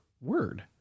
word